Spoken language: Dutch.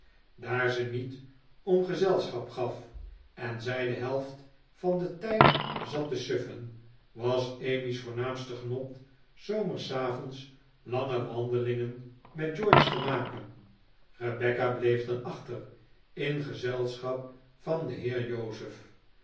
daar ze niet om gezelschap gaf en zij de helft van den tijd zat te suffen was emmy's voornaamste genot s zomersavonds lange wandelingen met george te maken rebecca bleef dan achter in gezelschap van den